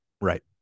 Right